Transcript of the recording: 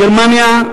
גרמניה,